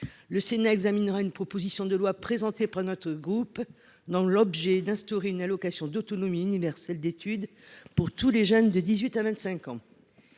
le Sénat examinera une proposition de loi présentée par notre groupe, visant à instaurer une allocation d’autonomie universelle d’étude pour tous les jeunes de 18 à 25 ans.